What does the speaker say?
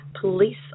police